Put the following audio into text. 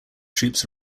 troops